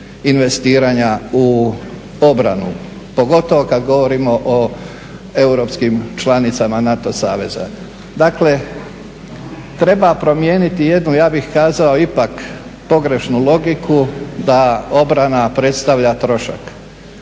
investiranja u obranu, pogotovo kad govorimo o europskim članicama NATO saveza. Dakle, treba promijeniti jednu, ja bih kazao, ipak pogrešnu logiku da obrana predstavlja trošak.